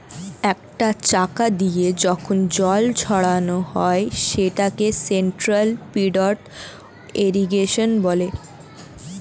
একটা চাকা দিয়ে যখন জল ছড়ানো হয় সেটাকে সেন্ট্রাল পিভট ইর্রিগেশনে